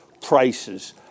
prices